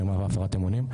מרמה והפרת אמונים,